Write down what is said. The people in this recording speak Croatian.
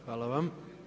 Hvala vam.